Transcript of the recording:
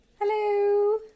Hello